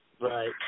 Right